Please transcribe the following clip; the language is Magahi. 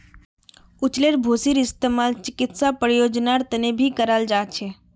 चउलेर भूसीर इस्तेमाल चिकित्सा प्रयोजनेर तने भी कराल जा छे